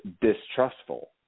distrustful